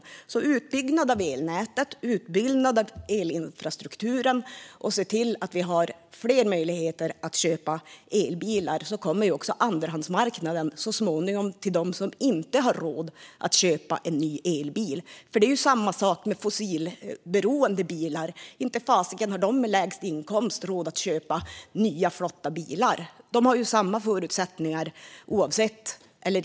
Det behövs utbyggnad av elnätet och utbyggnad av elinfrastrukturen. Det gäller att se till att vi har fler möjligheter att köpa elbilar. Då kommer så småningom också andrahandsmarknaden till dem som inte har råd att köpa en ny elbil. Det är samma sak med fossilberoende bilar. Inte fasiken har de med lägst inkomst råd att köpa nya flotta bilar! De har ju samma förutsättningar oavsett detta.